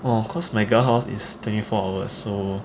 oh because my guard house is twenty four hour so